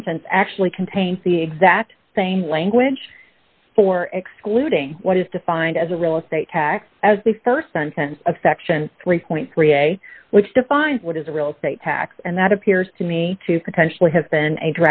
sentence actually contains the exact same language for excluding what is defined as a real estate tax as the st sentence of section three dollars which defines what is a real estate tax and that appears to me to potentially have been a